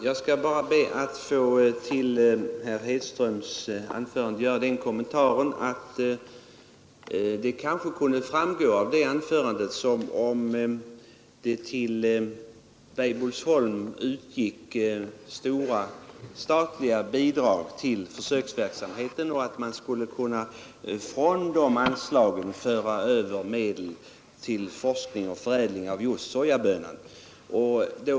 Herr talman! Av herr Hedströms anförande kunde det kanske verka som om det till Weibullsholm utgick stora statliga bidrag till försöksverksamhet och att man från de anslagen skulle kunna föra över medel till forskning och förädling av sojabönan.